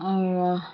আৰু